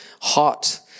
hot